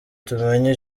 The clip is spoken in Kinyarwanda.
tumenye